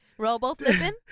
Robo-flipping